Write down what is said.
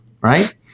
right